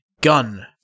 gun